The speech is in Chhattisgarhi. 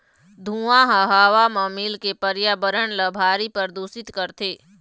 धुंआ ह हवा म मिलके परयाबरन ल भारी परदूसित करथे